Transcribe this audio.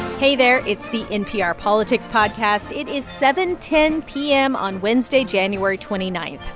hey there. it's the npr politics podcast. it is seven ten p m. on wednesday, january twenty nine.